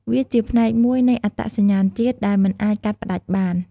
វាជាផ្នែកមួយនៃអត្តសញ្ញាណជាតិដែលមិនអាចកាត់ផ្ដាច់បាន។